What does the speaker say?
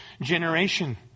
generation